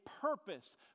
purpose